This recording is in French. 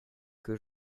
que